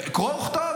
קרוא וכתוב,